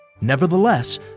Nevertheless